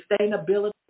sustainability